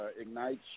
ignites